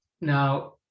Now